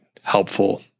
helpful